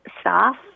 staff